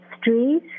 street